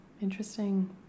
interesting